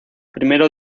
primero